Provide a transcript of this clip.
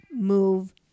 move